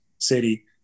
city